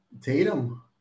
Tatum